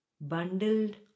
bundled